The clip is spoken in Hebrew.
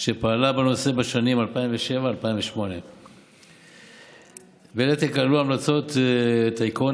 שפעלה בנושא בשנים 2007 2008. בין היתר כללו ההמלצות את העיקרון